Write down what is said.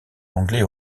anglais